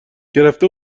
گرفته